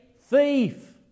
thief